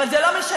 אבל זה לא משנה,